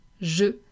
je